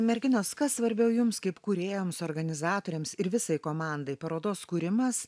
merginos kas svarbiau jums kaip kūrėjoms organizatorėms ir visai komandai parodos kūrimas